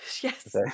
Yes